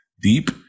deep